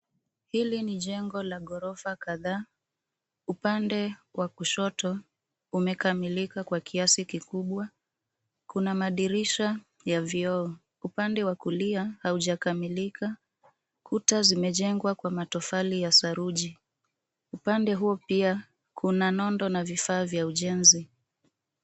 Hili ni jengo la ghorofa kadhaa. Upande wa kushoto umekamilika kwa kiasi kikubwa, kuna madirisha ya vioo. Upande wa kulia haujakamilika. Kuta zimejengwa kwa matofali ya saruji. Upande huo pia kuna nondo na vifaa vya ujenzi.